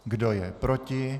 Kdo je proti?